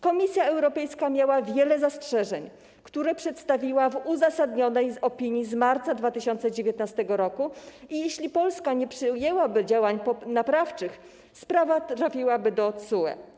Komisja Europejska miała wiele zastrzeżeń, które przedstawiła w uzasadnionej opinii z marca 2019 r., i jeśli Polska nie podjęłaby działań naprawczych, sprawa trafiłaby do TSUE.